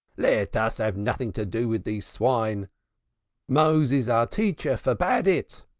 let us have nothing to do with these swine moses our teacher forbade it.